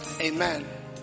Amen